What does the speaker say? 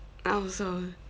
I also